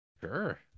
Sure